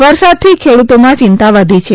વરસાદથી ખેડૂતોમાં ચિંતા વધી છે